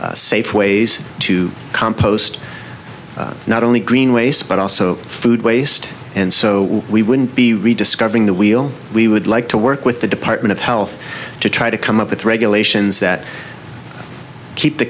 safe ways to compost not only green waste but also food waste and so we wouldn't be rediscovering the wheel we would like to work with the department of health to try to come up with regulations that keep the